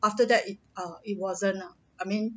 after that it err it wasn't ah I mean